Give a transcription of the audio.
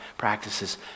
Practices